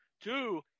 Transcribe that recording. two